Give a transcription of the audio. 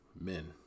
Men